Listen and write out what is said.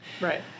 Right